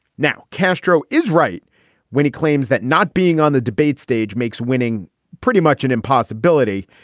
now, castro is right when he claims that not being on the debate stage makes winning pretty much an impossibility.